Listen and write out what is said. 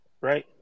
right